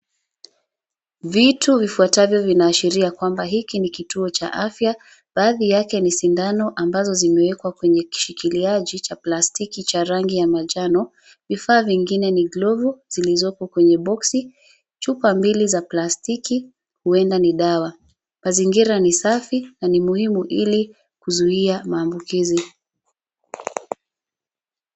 Vitu vifuatavyo vinaashiria kwamba hiki ni kituo cha afya. Baadhi yake ni sindano ambazo zimewekwa kwenye kishikiliaji cha plastiki cha rangi ya manjano. Vifaa vingine ni glovu zilizopo kwenye boksi, chupa mbili za plastiki huenda ni dawa. Mazingira ni safi na ni muhimu ili kuzuia maambukizi.